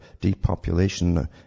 depopulation